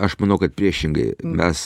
aš manau kad priešingai mes